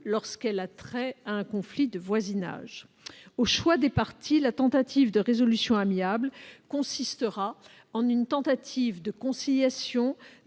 lorsqu'elle a trait à un conflit de voisinage. Au choix des parties, la tentative de résolution amiable consistera en une tentative de conciliation,